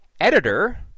editor